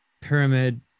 Pyramid